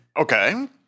Okay